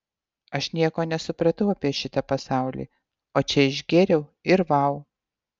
aš nieko nesupratau apie šitą pasaulį o čia išgėriau ir vau